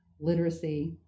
literacy